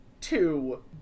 two